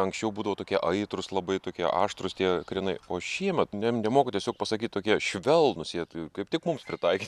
anksčiau būdavo tokie aitrūs labai tokie aštrūs tie krienai o šiemet ne nemoku tiesiog pasakyt tokie švelnūs jie tai kaip tik mums pritaikyt